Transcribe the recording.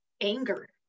anger